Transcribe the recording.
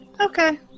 Okay